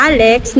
Alex